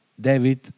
David